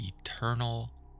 eternal